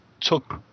took